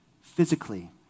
physically